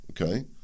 okay